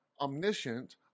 omniscient